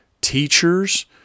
teachers